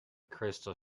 crystal